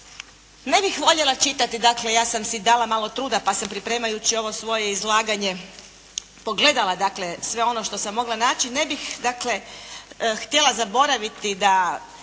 ne bih voljela čitati dakle, ja sam si dala malo truda, pa sam pripremajući ovo svoje izlaganje pogledala dakle sve ono što sam mogla naći, ne bih htjela zaboraviti da